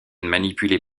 manipulé